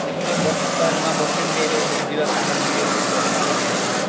ଦେଖୁନୁ ବସ୍ଷ୍ଟାଣ୍ଡ ପାଖରେ ନୂଆ ବସ୍ଷ୍ଟାଣ୍ଡ ତିଆରି ହେଉଛି ସେଠି ଯିବା କାମରେ ମିଳିବ ସେଠି ଗଲେ କାମ ମିଳିଯିବ